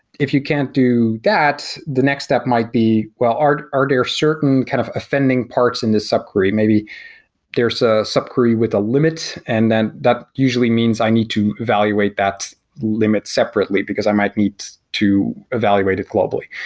if you can't do that, the next step might be, well, are are there certain kind of offending parts in the sub-query? maybe there's a sub-query with the limits, and then that usually means i need to evaluate that limit separately because i might need to evaluate it globally.